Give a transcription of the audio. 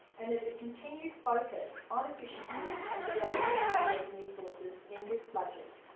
and there's a continued focus on efficiencies and developing new revenue sources in this budget.